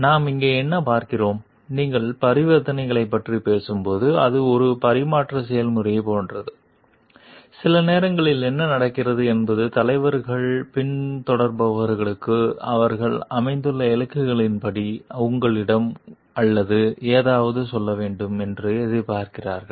நாம் இங்கே என்ன பார்க்கிறோம் நீங்கள் பரிவர்த்தனைகளைப் பற்றிப் பேசும்போது அது ஒரு பரிமாற்ற செயல்முறையைப் போன்றது சில நேரங்களில் என்ன நடக்கிறது என்பது தலைவர்கள் பின்தொடர்பவர்களுக்கு அவர்கள் அமைத்துள்ள இலக்குகளின்படி உங்களிடம் அல்லது ஏதாவது சொல்ல வேண்டும் என்று எதிர்பார்க்கிறார்கள்